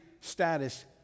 status